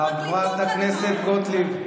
ואנחנו שילמנו, חברת הכנסת גוטליב.